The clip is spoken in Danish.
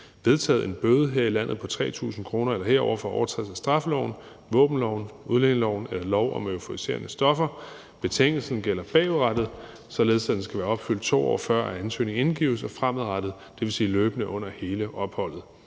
vedtaget en bøde her i landet på 3.000 kr. eller herover for overtrædelse af straffeloven, våbenloven, udlændingeloven eller lov om euforiserende stoffer. Betingelsen gælder bagudrettet, således at den skal være opfyldt, 2 år før ansøgningen indgives, og fremadrettet, dvs. løbende, under hele opholdet.